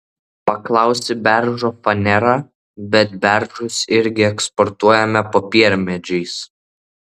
paklausi beržo fanera bet beržus irgi eksportuojame popiermedžiais